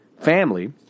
family